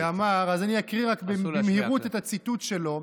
אז אני רק אקריא במהירות את הציטוט שלו: